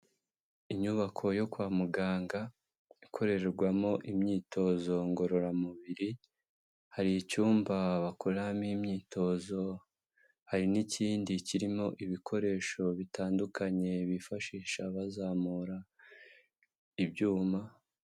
Inyubako yo kwa muganga, ikorerwamo imyitozo ngororamubiri, hari icyumba bakoramo imyitozo, hari n'ikindi kirimo ibikoresho bitandukanye, bifashisha bazamura ibyuma.